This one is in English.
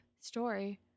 story